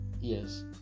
yes